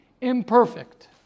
imperfect